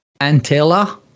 Antela